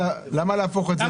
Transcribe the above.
למה להפוך את זה